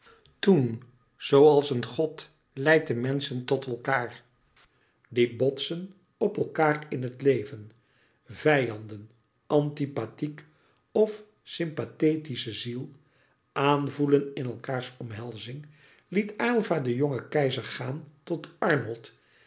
toen zooals een god leidt de menschen tot elkaâr die botsen op elkaâr in het leven vijanden antipathiek of sympathetisch ziel aanvoelen in elkaârs omhelzing liet aylva den jongen keizer gaan tot arnold